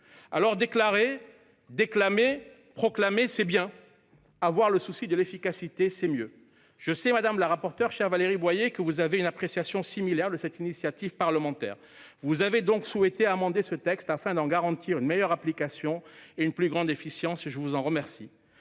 Déclarer, déclamer, proclamer, c'est bien ; avoir le souci de l'efficacité, c'est mieux. Je sais, madame la rapporteure, que vous avez une appréciation similaire au sujet de cette initiative parlementaire. Vous avez donc souhaité amender ce texte afin d'en garantir une meilleure application et une plus grande efficacité. Je vous en remercie.